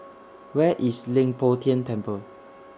Where IS Leng Poh Tian Temple